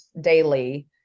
daily